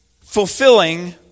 fulfilling